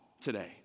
today